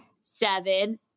seven